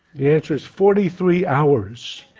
the answer is forty three hours.